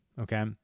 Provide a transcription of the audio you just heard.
Okay